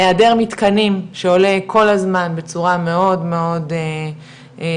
היעדר מתקנים שעולה כל הזמן בצורה מאוד מאוד בולטת.